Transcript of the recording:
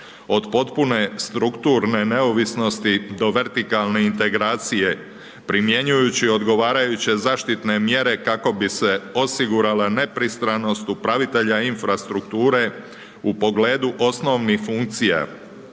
od potpune strukturne neovisnosti do vertikalne integracije, primjenjujući odgovarajuće zaštitne mjere, kako bi se osigurala nepristranost upravitelja infrastrukture u pogledu osnovnih funkcija